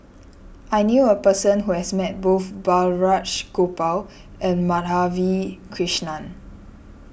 I knew a person who has met both Balraj Gopal and Madhavi Krishnan